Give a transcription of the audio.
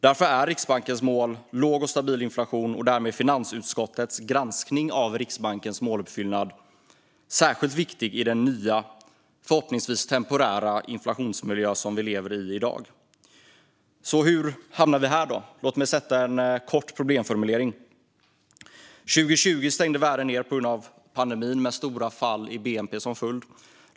Därför är Riksbankens mål om låg och stabil inflation och därmed finansutskottets granskning av Riksbankens måluppfyllnad särskilt viktig i den nya, förhoppningsvis temporära, inflationsmiljö som vi i dag lever i. Så hur hamnade vi här? Låt mig sätta en kort problemformulering. År 2020 stängde världen ned på grund av pandemin, med stora fall i bnp som följd.